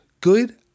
good